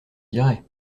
dirais